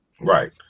Right